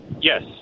Yes